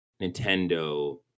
Nintendo